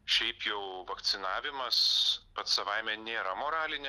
šiaip jau vakcinavimas pats savaime nėra moralinė